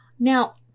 Now